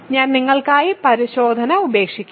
ഞാൻ നിങ്ങൾക്കായി പരിശോധന ഉപേക്ഷിക്കും